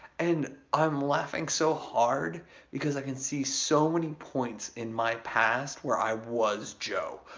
and i'm laughing so hard because i can see so many points in my past where i was joe.